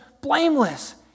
blameless